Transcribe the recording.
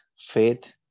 Faith